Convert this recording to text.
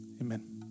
Amen